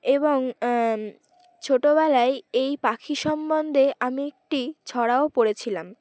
এবং ছোটোবেলায় এই পাখি সম্বন্ধে আমি একটি ছড়াও পড়েছিলাম